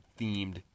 themed